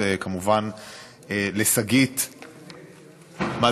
תכל'ס, רועי, אתה יכול להגיד מה